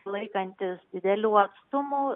laikantis didelių atstumų